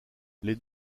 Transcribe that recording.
les